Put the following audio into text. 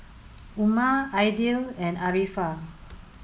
Umar Aidil and Arifa